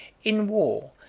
in war,